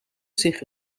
zich